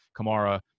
Kamara